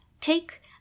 take